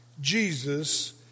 Jesus